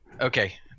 Okay